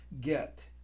get